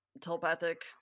telepathic